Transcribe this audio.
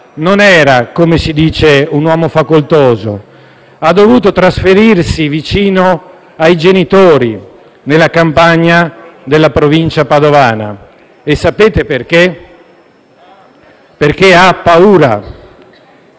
non era - come si dice - un uomo facoltoso. Ha dovuto trasferirsi vicino ai genitori, nella campagna della provincia padovana. Sapete perché? Perché ha paura